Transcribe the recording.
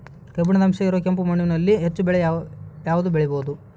ಕಬ್ಬಿಣದ ಅಂಶ ಇರೋ ಕೆಂಪು ಮಣ್ಣಿನಲ್ಲಿ ಹೆಚ್ಚು ಬೆಳೆ ಯಾವುದು ಬೆಳಿಬೋದು?